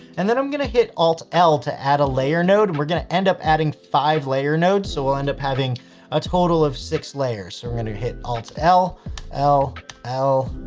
and then i'm going to hit alt l to add a layer node, and we're going to end up adding five layer nodes. so we'll end up having a total of six layers. so we're going to hit all it's l l l